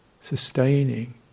sustaining